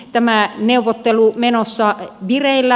tämä neuvottelu on menossa vireillä